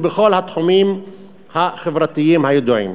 ובכל התחומים החברתיים הידועים.